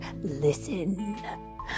listen